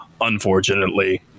unfortunately